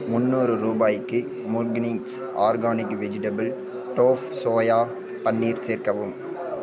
முன்னூறு ரூபாய்க்கு முர்கின்ஸ் organic vegetable tofu soya paneer சேர்க்கவும்